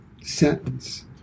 sentence